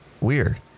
weird